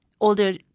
older